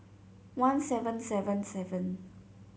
one seven seven seven